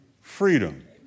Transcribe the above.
freedom